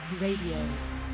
Radio